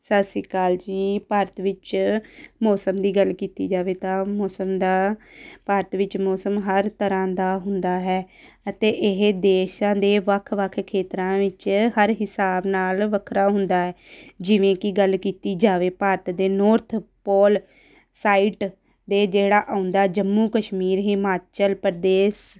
ਸਤਿ ਸ਼੍ਰੀ ਅਕਾਲ ਜੀ ਭਾਰਤ ਵਿੱਚ ਮੌਸਮ ਦੀ ਗੱਲ ਕੀਤੀ ਜਾਵੇ ਤਾਂ ਮੌਸਮ ਦਾ ਭਾਰਤ ਵਿੱਚ ਮੌਸਮ ਹਰ ਤਰ੍ਹਾਂ ਦਾ ਹੁੰਦਾ ਹੈ ਅਤੇ ਇਹ ਦੇਸ਼ਾਂ ਦੇ ਵੱਖ ਵੱਖ ਖੇਤਰਾਂ ਵਿੱਚ ਹਰ ਹਿਸਾਬ ਨਾਲ ਵੱਖਰਾ ਹੁੰਦਾ ਜਿਵੇਂ ਕਿ ਗੱਲ ਕੀਤੀ ਜਾਵੇ ਭਾਰਤ ਦੇ ਨੋਰਥ ਪੋਲ ਸਾਈਟ ਦੇ ਜਿਹੜਾ ਆਉਂਦਾ ਜੰਮੂ ਕਸ਼ਮੀਰ ਹਿਮਾਚਲ ਪ੍ਰਦੇਸ਼